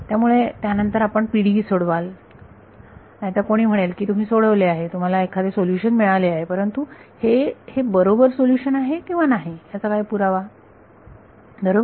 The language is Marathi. त्यामुळे त्यानंतर आपण PDE सोडवाल नाहीतर कोणी म्हणेल की तुम्ही सोडवले आहे तुम्हाला एखादे सोल्युशन मिळाले आहे परंतु हे हे बरोबर सोल्युशन आहे किंवा नाही ह्याचा काय पुरावा आहे बरोबर